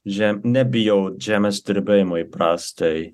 žem nebijau žemės drebėjimai prastai